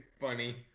funny